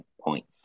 points